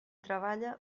treballa